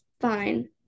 Fine